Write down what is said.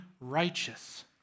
righteous